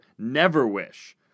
Neverwish